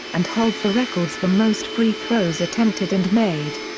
and holds the records for most free throws attempted and made.